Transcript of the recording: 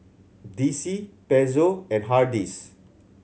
D C Pezzo and Hardy's